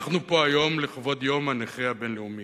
אנחנו פה היום לכבוד יום הנכה הבין-לאומי.